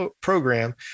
program